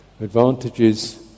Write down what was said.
advantages